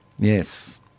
Yes